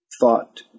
thought